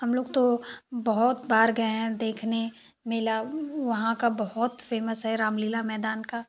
हमलोग तो बहुत बार गए हैं देखने मेला वहाँ का बहुत फ़ेमस है रामलीला मैदान का